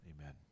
Amen